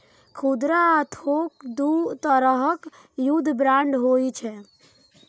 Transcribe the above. खुदरा आ थोक दू तरहक युद्ध बांड होइ छै